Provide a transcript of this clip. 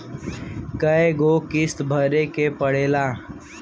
कय गो किस्त भरे के पड़ेला?